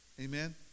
Amen